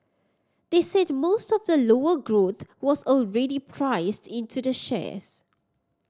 they said most of the lower growth was already priced into the shares